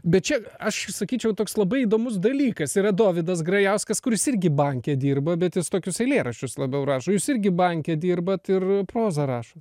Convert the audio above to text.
bet čia aš sakyčiau toks labai įdomus dalykas yra dovydas grajauskas kuris irgi banke dirba bet jis tokius eilėraščius labiau rašo jūs irgi banke dirbat ir prozą rašot